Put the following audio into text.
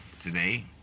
today